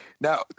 Now